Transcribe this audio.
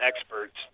experts